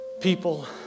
people